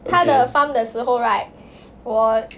他的 farm 的时候 right 我